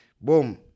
boom